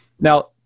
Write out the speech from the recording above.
Now